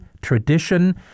tradition